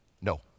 no